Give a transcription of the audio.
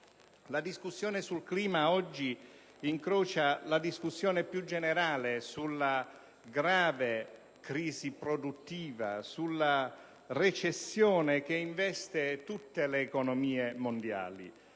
La discussione sul clima oggi incrocia la discussione più generale sulla grave crisi produttiva e sulla recessione che investe tutte le economie mondiali: